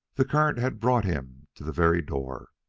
the current had brought him to the very door.